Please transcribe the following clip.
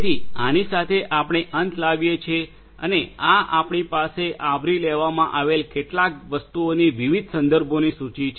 તેથી આની સાથે આપણે અંત લાવીએ છીએ અને આ આપણી પાસે આવરી લેવામાં આવેલા કેટલીક વસ્તુઓની વિવિધ સંદર્ભોની સૂચિ છે